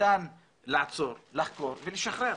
שניתן לעצור, לחקור ולשחרר.